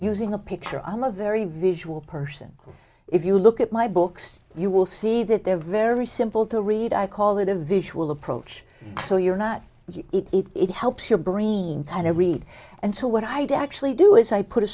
using a picture i'm a very visual person if you look at my books you will see that they're very simple to read i call it a visual approach so you're not it helps your brain and i read and so what i'd actually do is i put a